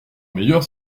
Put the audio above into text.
meilleur